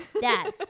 Dad